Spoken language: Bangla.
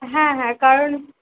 হ্যাঁ হ্যাঁ কারণ